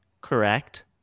correct